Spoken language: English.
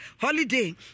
holiday